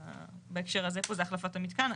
בהקשר הזה פה זה החלפת המתקן.